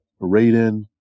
Raiden